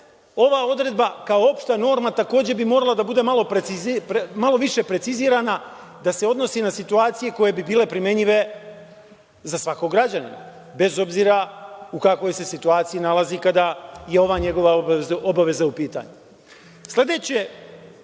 ova odredba kao opšta norma takođe bi morala da bude malo više precizirana, da se odnosi na situacije koje bi bile primenjive za svakog građanina, bez obzira u kakvoj se situaciji nalazi kada je ova njegova obaveza u pitanju. Sledeće